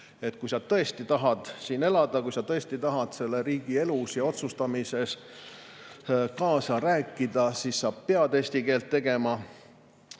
kui sa tõesti tahad siin elada ja kui sa tõesti tahad selle riigi elus ja otsustamises kaasa rääkida, siis sa pead eesti keelt [oskama],